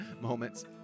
moments